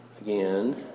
again